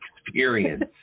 experience